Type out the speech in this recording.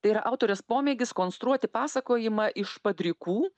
tai yra autorės pomėgis konstruoti pasakojimą iš padrikų